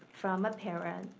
from a parent,